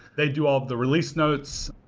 they do all the release notes.